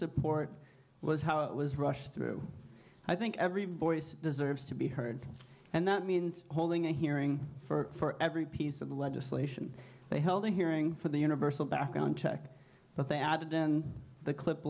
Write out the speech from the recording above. support was how it was rushed through i think every voice deserves to be heard and that means holding a hearing for every piece of the legislation they held a hearing for the universal background check but they added in the clip